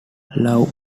love